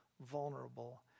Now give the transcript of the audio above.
vulnerable